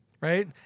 Right